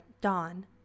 Dawn